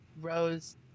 rose